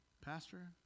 Pastor